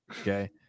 okay